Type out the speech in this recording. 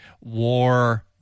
War